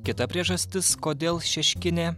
kita priežastis kodėl šeškinė